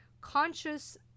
Conscious